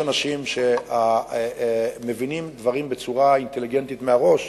יש אנשים שמבינים דברים בצורה אינטליגנטית מהראש,